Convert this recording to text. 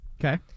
Okay